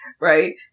right